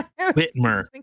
Whitmer